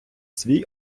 свій